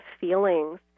feelings